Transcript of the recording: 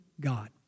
God